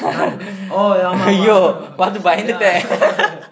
oh ஆமா ஆமா:aamaa aamaa oh ya